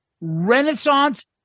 Renaissance